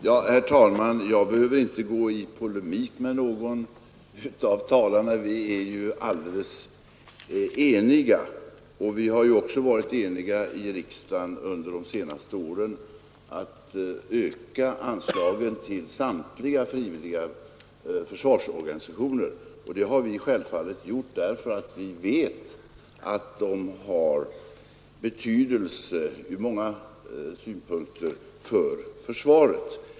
Herr talman! Jag behöver inte gå i polemik med någon av talarna, eftersom vi är helt eniga. Vi har också varit eniga i riksdagen under de senaste åren om att öka anslagen till samtliga frivilliga försvarsorganisationer, självfallet därför att vi vet att de har betydelse ur många synpunkter för försvaret.